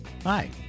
Hi